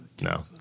no